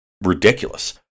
ridiculous